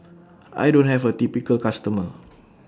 I don't have A typical customer